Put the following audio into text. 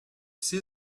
see